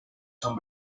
son